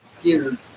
Scared